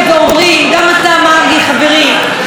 שזה הישג של האופוזיציה,